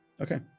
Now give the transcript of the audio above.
Okay